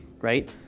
right